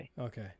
Okay